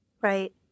Right